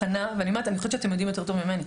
ואני אומרת שהם יודעים יותר טוב ממני,